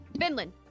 Finland